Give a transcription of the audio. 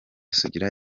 sugira